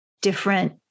different